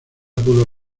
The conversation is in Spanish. pudo